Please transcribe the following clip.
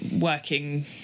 working